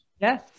Yes